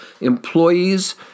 employees